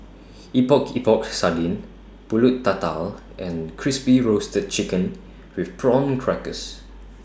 Epok Epok Sardin Pulut Tatal and Crispy Roasted Chicken with Prawn Crackers